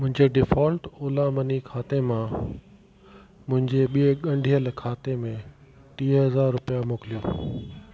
मुंहिंजे default Ola money खाते मां मुंहिंजे ॿिए ॻंढियल खाते में टीह हज़ार रुपिया मोकिलियो